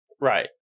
Right